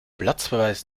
platzverweis